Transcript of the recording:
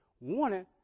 wanted